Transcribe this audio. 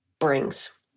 brings